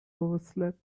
overslept